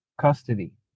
custody